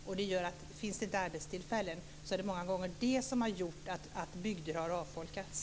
När det då inte har funnits arbetstillfällen har det gjort att bygder har avfolkats.